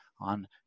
on